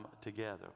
together